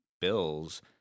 bills